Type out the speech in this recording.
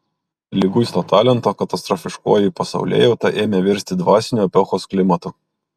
liguisto talento katastrofiškoji pasaulėjauta ėmė virsti dvasiniu epochos klimatu